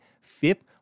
FIP